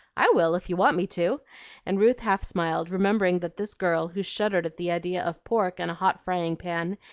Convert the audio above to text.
i will if you want me to and ruth half smiled, remembering that this girl who shuddered at the idea of pork and a hot frying-pan,